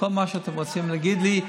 כל מה שאתם רוצים להגיד לי,